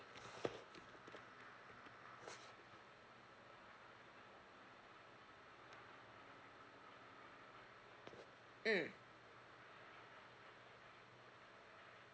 mm